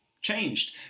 changed